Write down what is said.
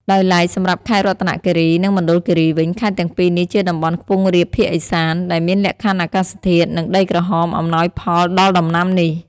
ដោយឡែកសម្រាប់ខេត្តរតនគិរី និងមណ្ឌលគិរីវិញ ខេត្តទាំងពីរនេះជាតំបន់ខ្ពង់រាបភាគឦសាន ដែលមានលក្ខខណ្ឌអាកាសធាតុ និងដីក្រហមអំណោយផលដល់ដំណាំនេះ។